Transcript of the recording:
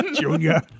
Junior